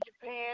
Japan